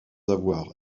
avoir